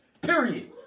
Period